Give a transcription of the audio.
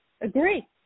Agree